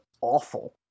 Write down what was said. awful